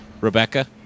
Rebecca